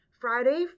friday